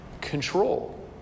control